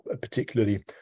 particularly